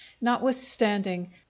Notwithstanding